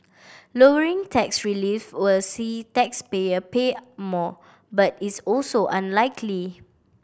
lowering tax relief will see taxpayer pay more but is also unlikely